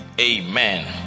amen